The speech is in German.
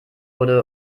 wurde